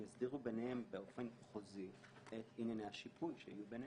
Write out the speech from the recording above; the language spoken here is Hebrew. הם יסדירו ביניהם באופן חוזי את ענייני השיפוי שיהיו ביניהם.